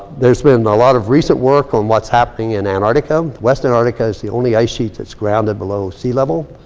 there's been a lot of recent work on what's happening in antarctica. western antarctica is the only ice sheet that's grounded below sea-level.